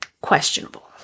questionable